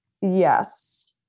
Yes